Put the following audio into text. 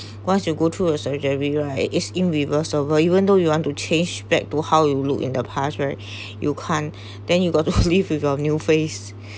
once you go through a surgery right is in reverse server even though you want to change back to how you look in the past right you can't then you gotta live with your new face